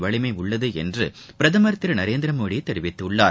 வலிமை உள்ளது என்று பிரதமர் திரு நரேந்திரமோடி தெரிவித்துள்ளார்